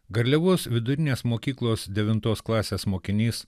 garliavos vidurinės mokyklos devintos klasės mokinys